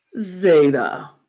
Zeta